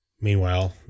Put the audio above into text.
Meanwhile